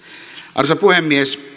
arvoisa puhemies